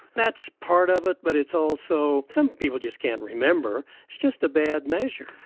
that's part of it but it's also some people just can't remember, it's just a bad measure.